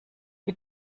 die